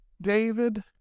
David